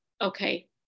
okay